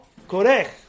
korech